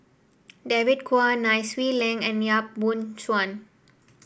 David Kwo Nai Swee Leng and Yap Boon Chuan